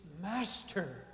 master